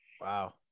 Wow